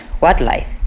wildlife